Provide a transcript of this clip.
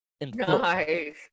Nice